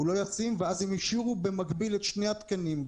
הם השאירו במקביל את שני התקנים,